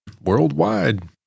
worldwide